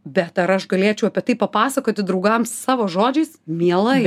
bet ar aš galėčiau apie tai papasakoti draugams savo žodžiais mielai